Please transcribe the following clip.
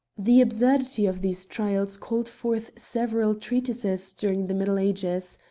the absurdity of these trials called forth several treatises during the middle ages.